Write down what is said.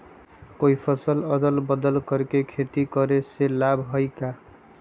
कोई फसल अदल बदल कर के खेती करे से लाभ है का?